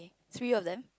three of them